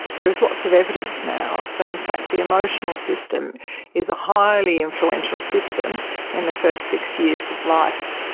there is lots of evidence now that in fact the emotional system is a highly influential system in the first six years of life.